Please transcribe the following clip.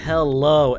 Hello